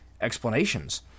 explanations